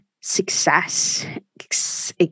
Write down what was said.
success